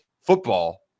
football